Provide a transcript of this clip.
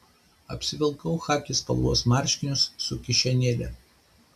apsivilkau chaki spalvos marškinius su kišenėlėm